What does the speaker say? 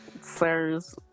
sirs